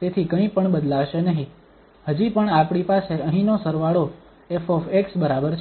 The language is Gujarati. તેથી કંઈપણ બદલાશે નહીં હજી પણ આપણી પાસે અહીંનો સરવાળો 𝑓 બરાબર છે